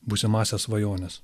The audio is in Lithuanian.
būsimąsias svajones